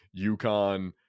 UConn